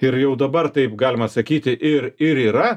ir jau dabar taip galima sakyti ir ir yra